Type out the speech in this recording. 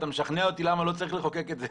אתה משכנע אותי למה לא צריך לחוקק את זה.